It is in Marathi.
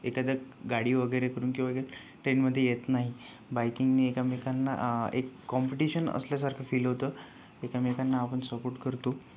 एखाद्या गाडी वगैरे करून किंवा ट्रेनमध्ये येत नाही बाईकिंगने एकामेकांना एक कॉम्पटिशन असल्यासारखं फील होतं एकामेकांना आपण सपोर्ट करतो